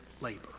labor